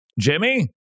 Jimmy